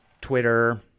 Twitter